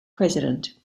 president